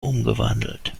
umgewandelt